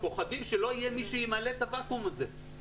פוחדים שלא יהיה מי שימלא את הוואקום הזה,